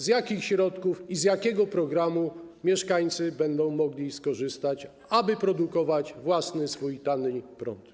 Z jakich środków i z jakiego programu mieszkańcy będą mogli skorzystać, aby nadal produkować swój własny prąd?